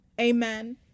Amen